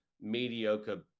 mediocre